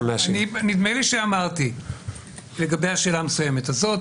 נדמה לי שאמרתי לגבי השאלה המסוימת הזאת.